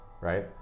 right